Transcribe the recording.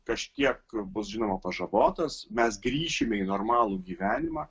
kažkiek bus žinoma pažabotas mes grįšime į normalų gyvenimą